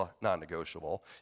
non-negotiable